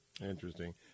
Interesting